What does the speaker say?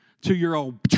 two-year-old